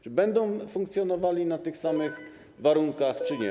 Czy będą funkcjonowali na tych samych warunkach czy nie?